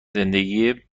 زندگی